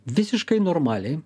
visiškai normaliai